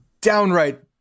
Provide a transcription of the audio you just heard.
downright